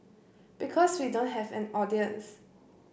because we don't have an audience